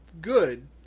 good